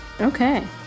Okay